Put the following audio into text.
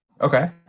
Okay